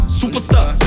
superstar